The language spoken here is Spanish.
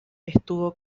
estuvo